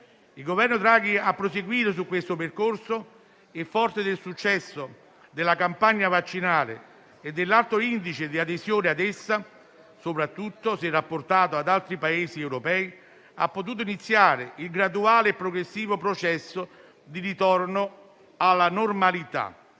Il Governo Draghi ha proseguito su questo percorso e, forte del successo della campagna vaccinale e dell'alto l'indice di adesione ad essa, soprattutto se rapportato a quello di altri Paesi europei, ha potuto iniziare il graduale e progressivo processo di ritorno alla normalità,